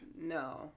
no